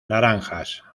naranjas